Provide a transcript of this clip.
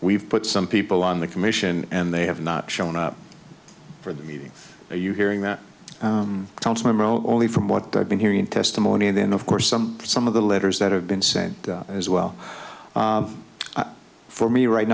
we've put some people on the commission and they have not shown up for the meeting are you hearing that council member only from what i've been hearing testimony and then of course some some of the letters that have been sent as well for me right